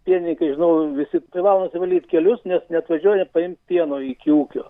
pieninykai žinau visi privalo nusivalyt kelius nes neatvažiuoja paimt pieno iki ūkio